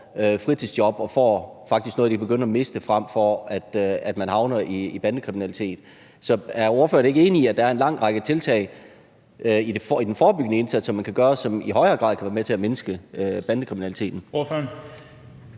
fritidsjob og faktisk får noget, de kan begynde at miste, frem for at man havner i bandekriminalitet. Så er ordføreren ikke enig i, at der er en lang række tiltag i den forebyggende indsats, som man kan gøre, som i højere grad kan være med til at mindske bandekriminaliteten?